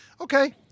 Okay